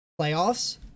playoffs